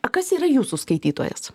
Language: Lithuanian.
o kas yra jūsų skaitytojas